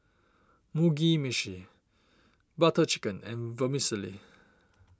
Mugi Meshi Butter Chicken and Vermicelli